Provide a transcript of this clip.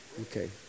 Okay